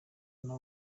nta